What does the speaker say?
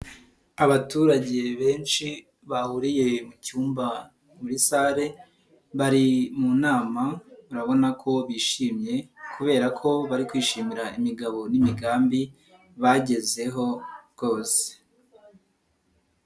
Abaturage benshi bahuriye mucmba muri sale, bari mu nama urabona ko bishimye kubera ko bari kwishimira imigabo n'imigambi bagezeho rwose.